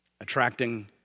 attracting